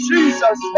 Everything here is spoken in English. Jesus